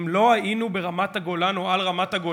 אם לא היינו ברמת-הגולן או על רמת-הגולן,